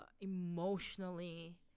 emotionally-